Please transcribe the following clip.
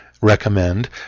recommend